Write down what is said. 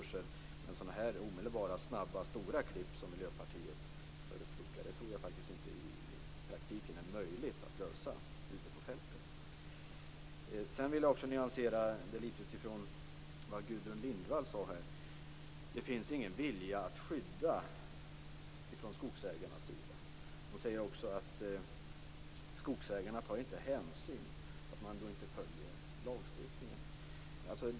Men jag tror faktiskt inte att sådana här omedelbara snabba och stora klipp som Miljöpartiet förespråkar i praktiken gör det möjligt att lösa detta ute på fältet. Sedan vill jag också nyansera diskussionen litet utifrån vad Gudrun Lindvall sade, om att det inte finns någon vilja från skogsägarnas sida att skydda skogen. Hon säger också att skogsägarna inte tar någon hänsyn och att man inte följer lagstiftningen.